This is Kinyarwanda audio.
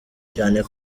cyane